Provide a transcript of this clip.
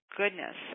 goodness